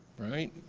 right?